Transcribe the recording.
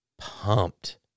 pumped